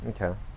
Okay